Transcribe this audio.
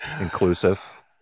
inclusive